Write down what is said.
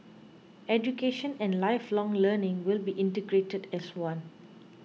education and lifelong learning will be integrated as one